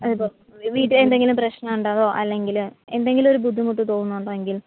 അത് ഇപ്പോൾ വീട്ടിൽ എന്തെങ്കിലും പ്രശ്നം ഉണ്ടാവുവോ അതോ അല്ലെങ്കിൽ എന്തെങ്കിലും ഒരു ബുദ്ധിമുട്ട് തോന്നുന്നുണ്ടോ എങ്കിൽ